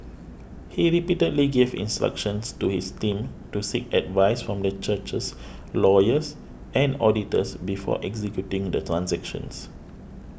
he repeatedly gave instructions to his team to seek advice from the church's lawyers and auditors before executing the transactions